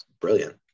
brilliant